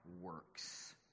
works